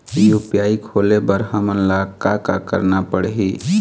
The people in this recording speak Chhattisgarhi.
यू.पी.आई खोले बर हमन ला का का करना पड़ही?